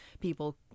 People